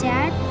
Dad